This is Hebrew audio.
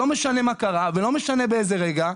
לא משנה מה קרה ולא משנה באיזה רגע.